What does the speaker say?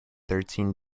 thirteen